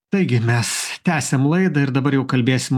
taigi mes tęsiam laidą ir dabar jau kalbėsim